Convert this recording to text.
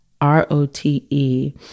R-O-T-E